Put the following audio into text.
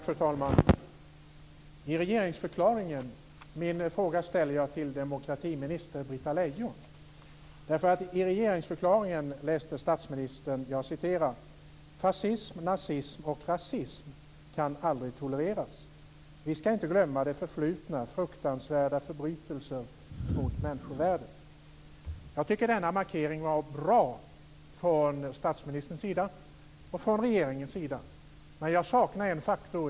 Fru talman! Min fråga ställer jag till demokratiminister Britta Lejon. I regeringsförklaringen läste statsministern: "Fascism, nazism och rasism kan aldrig tolereras. Vi ska inte glömma det förflutnas fruktansvärda förbrytelser mot människovärdet." Jag tycker att denna markering från statsministerns och regeringens sida var bra. Men jag saknar en faktor.